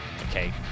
Okay